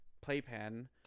playpen